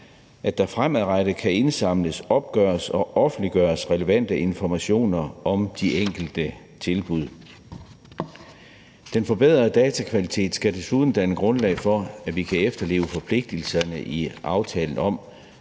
at der fremadrettet kan indsamles, opgøres og offentliggøres relevante informationer om de enkelte tilbud. Den forbedrede datakvalitet skal desuden danne grundlag for, at vi kan efterleve forpligtelserne i aftalen om